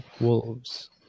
wolves